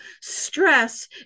stress